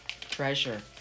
treasure